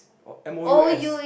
or M O U S